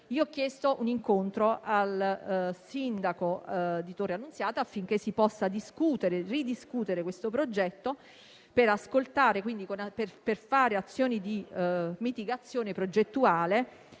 Ho chiesto un incontro al sindaco di Torre Annunziata, affinché si possa ridiscutere questo progetto, per fare azioni di mitigazione progettuale,